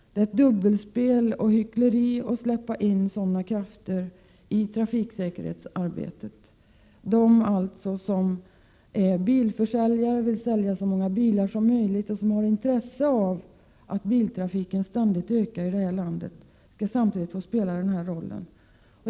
Det är ett dubbelspel och ett hyckleri att man släpper in sådana krafter i trafiksäkerhetsarbetet. Krafter som vill sälja så många bilar som möjligt och som har intresse av att biltrafiken i det här landet ständigt ökar skall alltså få spela denna roll.